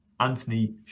Anthony